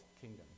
kingdom